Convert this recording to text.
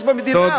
יש במדינה?